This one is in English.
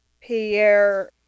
Pierre